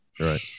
Right